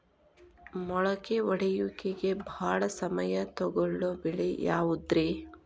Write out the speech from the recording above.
ಮೊಳಕೆ ಒಡೆಯುವಿಕೆಗೆ ಭಾಳ ಸಮಯ ತೊಗೊಳ್ಳೋ ಬೆಳೆ ಯಾವುದ್ರೇ?